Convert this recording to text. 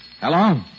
Hello